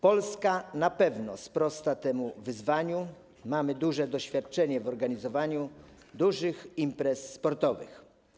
Polska na pewno sprosta temu wyzwaniu - mamy duże doświadczenie w organizowaniu dużych imprez sportowych.